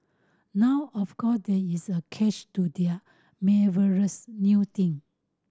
now of course there is a catch to their marvellous new thing